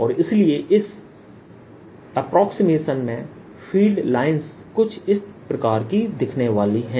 और इसलिए इस अप्राक्समेशन में फील्ड लाइंस कुछ इस प्रकार की दिखने वाली हैं